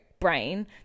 brain